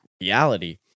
reality